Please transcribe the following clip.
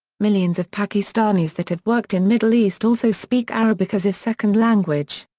millions of pakistanis that have worked in middle east also speak arabic as a second language.